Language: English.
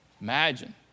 Imagine